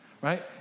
Right